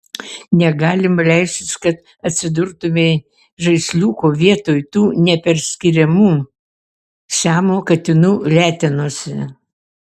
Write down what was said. negalima leistis kad atsidurtumei žaisliuko vietoj tų neperskiriamų siamo katinų letenose